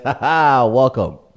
Welcome